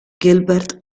gilbert